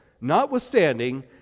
notwithstanding